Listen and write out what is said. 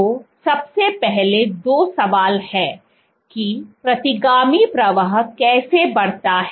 तो सबसे पहले दो सवाल हैं कि प्रतिगामी प्रवाह कैसे बढ़ता है